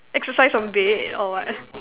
exercise on bed or what